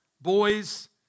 boys